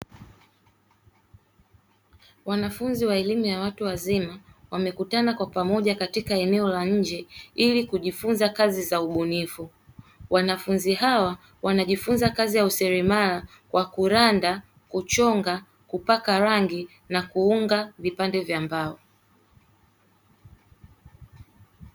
Wanafunzi wa elimu ya watu wazima wamekutana kwa pamoja katika eneo la nje ili kujifunza kazi za ubunifu, wanafunzi hawa wanajifunza kazi ya useremala wa kuranda, kuchonga, kupaka rangi na kuunga vipande vya mbao.